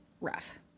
rough